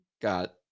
got